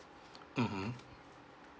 mmhmm